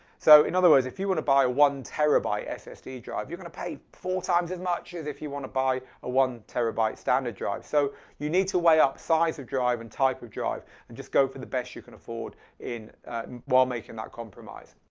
so in other words if you want to buy one terabyte ssd drive you're gonna pay four times as much as if you want to buy a one terabyte standard drive. so you need to weigh up size of drive and type of drive and just go for the best you can afford while making that compromise.